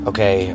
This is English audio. Okay